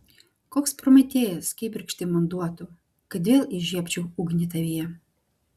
koks prometėjas kibirkštį man duotų kad vėl įžiebčiau ugnį tavyje